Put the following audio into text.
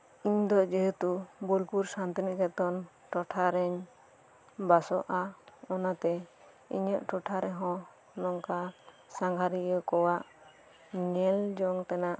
ᱤᱧᱫᱚ ᱡᱮᱦᱮᱛᱩ ᱵᱳᱞᱯᱩᱨ ᱥᱟᱱᱛᱤᱱᱤᱠᱮᱛᱚᱱ ᱴᱚᱴᱷᱟᱨᱮᱧ ᱵᱟᱥᱚᱜᱼᱟ ᱚᱱᱟᱛᱮ ᱤᱧᱟᱹᱜ ᱴᱚᱴᱷᱟ ᱨᱮᱦᱚᱸ ᱱᱚᱝᱠᱟ ᱥᱟᱸᱜᱷᱟᱨᱤᱭᱟᱹ ᱠᱚᱣᱟᱜ ᱧᱮᱞᱡᱚᱝ ᱛᱮᱱᱟᱜ